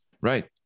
Right